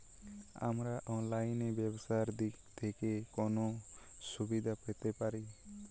আমরা অনলাইনে ব্যবসার দিক থেকে কোন সুবিধা পেতে পারি?